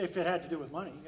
if it had to do with money